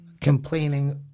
complaining